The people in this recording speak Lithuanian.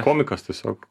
komikas tiesiog